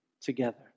together